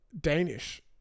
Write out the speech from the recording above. Danish